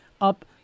up